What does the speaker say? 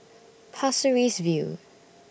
Pasir Ris View